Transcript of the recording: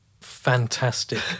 fantastic